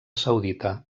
saudita